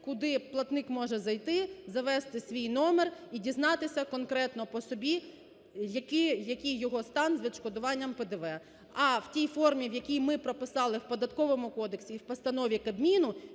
куди платник може зайти, завести свій номер і дізнатися конкретно по собі, який його стан з відшкодуванням ПДВ. А в тій формі, в якій ми прописали в Податковому кодексі і в постанові Кабміну,